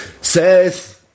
says